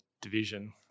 division